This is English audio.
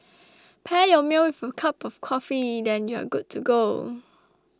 pair your meal with a cup of coffee then you're good to go